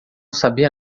sabia